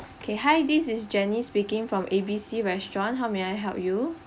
K hi this is jenny speaking from A B C restaurant how may I help you